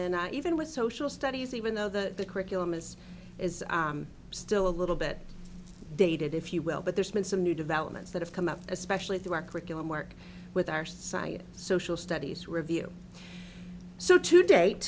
then even with social studies even though the curriculum is is still a little bit dated if you will but there's been some new developments that have come up especially through our curriculum work with our society social studies review so to date